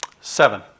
Seven